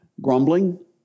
Grumbling